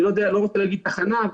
לא רוצה להגיד תחנה,